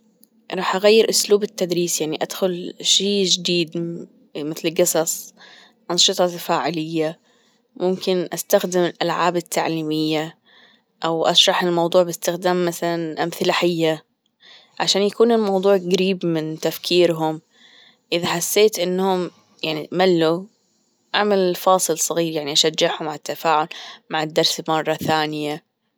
راح غير أسلوب التدريس يعني أدخل شي جديد مثل القصص أنشطة تفاعلية ممكن أستخدم الألعاب التعليمية أو أشرح الموضوع بإستخدام مثلا أمثلة حية عشان يكون الموضوع جريب من تفكيرهم إذا حسيت إنهم يعني ملوا أعمل فاصل صغير يعني أشجعهم على التفاعل مع الدرس مرة ثانية.